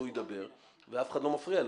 הוא ידבר ואף אחד לא מפריע לו.